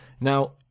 Now